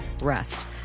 rest